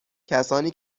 کسانی